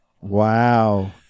Wow